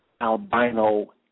albino